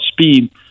speed